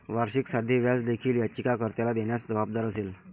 वार्षिक साधे व्याज देखील याचिका कर्त्याला देण्यास जबाबदार असेल